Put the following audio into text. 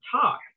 talk